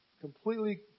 Completely